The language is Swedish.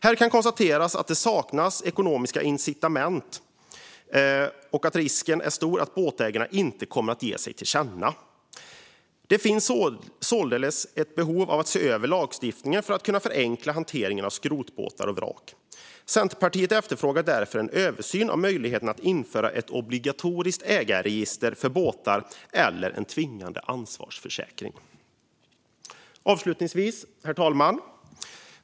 Här kan konstateras att det saknas ekonomiska incitament, så risken är stor att båtägarna inte kommer att ge sig till känna. Det finns således behov av att se över lagstiftningen för att kunna förenkla hanteringen av skrotbåtar och vrak. Centerpartiet efterfrågar därför en översyn av möjligheten att införa ett obligatoriskt ägarregister för båtar eller en tvingande ansvarsförsäkring. Herr talman!